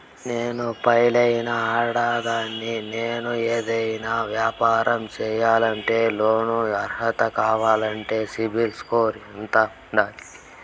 నేను పెళ్ళైన ఆడదాన్ని, నేను ఏదైనా వ్యాపారం సేయాలంటే లోను అర్హత కావాలంటే సిబిల్ స్కోరు ఎంత ఉండాలి?